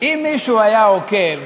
אם מישהו היה עוקב